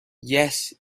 yes